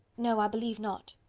no, i believe not.